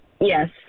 Yes